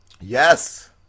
Yes